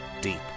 Deep